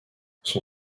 son